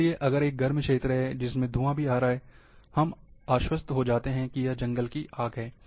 इसलिए अगर एक गर्म क्षेत्र से जिसमें धुआँ भी आ रहा है हम आश्वस्त हो जाते हैं कि यह जंगल की आग है